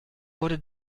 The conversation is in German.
wurde